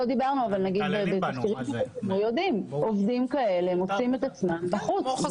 לא דיברנו --- עובדים כאלה מוצאים את עצמם בחוץ.